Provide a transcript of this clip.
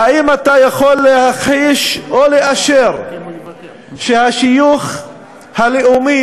האם אתה יכול להכחיש או לאשר שהשיוך הלאומי